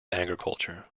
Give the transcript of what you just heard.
agriculture